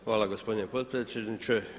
Hvala gospodine potpredsjedniče.